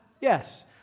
Yes